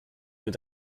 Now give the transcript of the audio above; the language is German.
mit